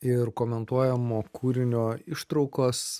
ir komentuojamo kūrinio ištraukos